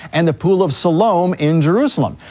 and the pool of siloam in jerusalem.